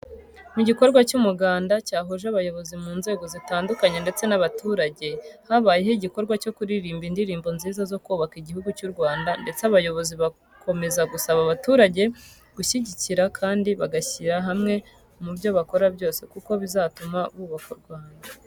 Mu gikorwa cy'umuganda cyahuje abayobozi mu nzego zitandukanye ndetse n'abaturage, habayeho igikorwa cyo kuririmba indirimbo nziza zo kubaka Igihugu cy'u Rwanda ndetse abayobozi bakomeza gusaba abaturage gushyigikirana kandi bagashyira hamwe mu byo bakora byose kuko bizatumba bubaka u Rwanda bifuza.